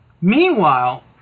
Meanwhile